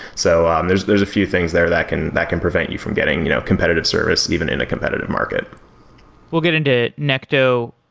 so um there's there's a few things there that can that can prevent you from getting you know competitive service even in a competitive market we'll get into necto.